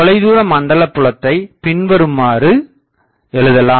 தொலைதூரமண்டல புலத்தைப் பின்வருமாறு எழுதலாம்